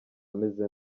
ameze